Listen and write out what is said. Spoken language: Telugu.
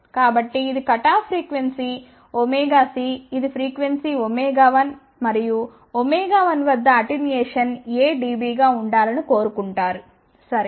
కాబట్టి ఇది కటాఫ్ ఫ్రీక్వెన్సీ ωc ఇది ఫ్రీక్వెన్సీ ω1 మరియు ω1 వద్ద అటెన్యుయేషన్ A dB గా ఉండాలని కోరుకుంటారు సరే